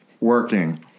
working